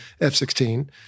F-16